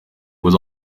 was